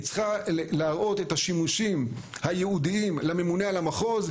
היא צריכה להראות את השימושים הייעודיים לממונה על המחוז,